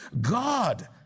God